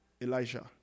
Elijah